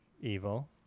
evil